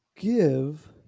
give